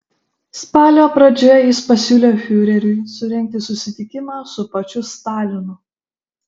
spalio pradžioje jis pasiūlė fiureriui surengti susitikimą su pačiu stalinu